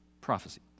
Prophecy